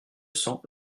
cents